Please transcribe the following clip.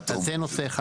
אז זה נושא אחד.